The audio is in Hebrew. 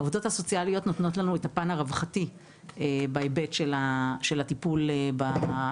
העובדות הסוציאליות נותנות לנו את הפן הרווחתי בהיבט של הטיפול בתלונות.